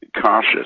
cautious